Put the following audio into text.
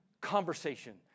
conversation